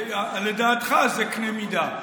לדעתך זה קנה מידה.